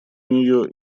нее